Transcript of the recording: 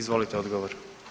Izvolite odgovor.